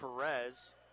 Perez